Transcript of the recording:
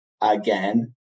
again